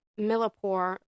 Millipore